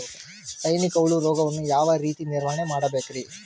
ಸೈನಿಕ ಹುಳು ರೋಗವನ್ನು ಯಾವ ರೇತಿ ನಿರ್ವಹಣೆ ಮಾಡಬೇಕ್ರಿ?